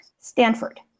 Stanford